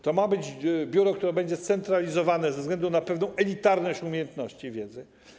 To ma być biuro, które będzie scentralizowane ze względu na pewną elitarność umiejętności i wiedzy.